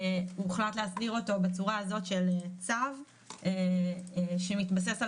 הוחלט להסדיר אותו בצורה הזאת של צו שמתבסס על